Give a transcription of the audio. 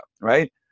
right